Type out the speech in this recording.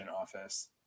office